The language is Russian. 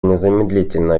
незамедлительно